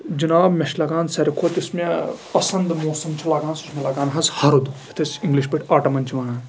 جِناب مےٚ چھُ لگان ساروی کھۄتہٕ یُس مےٚ پسنٛد موسَم چھُ لگان سُہ چھُ مےٚ لگان حظ ہَرُد یَتھ أسۍ اِنٛگلِش پٲٹھۍ اوٹم چھِ وَنان